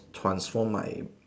transform my